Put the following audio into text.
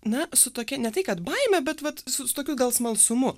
na su tokia ne tai kad baime bet vat su su tokiu gal smalsumu